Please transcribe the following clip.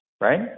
right